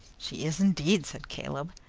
she is indeed, said caleb.